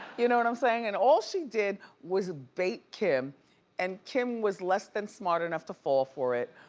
you know what i'm saying? and all she did was bait kim and kim was less than smart enough to fall for it.